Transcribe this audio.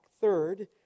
Third